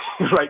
right